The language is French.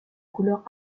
couleur